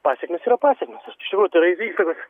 pasekmės yra pasekmės iš tikrų tai yra ir įstaigos